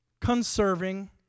conserving